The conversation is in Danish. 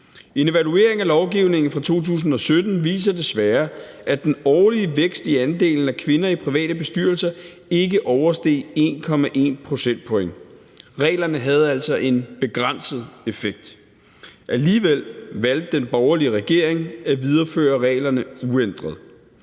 En evaluering af lovgivning fra 2017 viser desværre, at den årlige vækst i andelen af kvinder i private bestyrelser ikke oversteg 1,1 pct. Reglerne havde altså en begrænset effekt. Alligevel valgte den borgerlige regering at videreføre reglerne uændret.